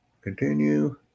Continue